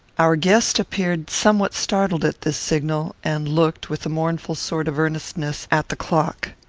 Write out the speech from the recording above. our guest appeared somewhat startled at this signal, and looked, with a mournful sort of earnestness, at the clock.